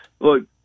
look